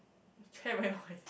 your chair very noisy